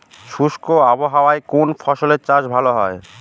শুষ্ক আবহাওয়ায় কোন ফসলের চাষ ভালো হয়?